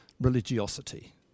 religiosity